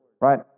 right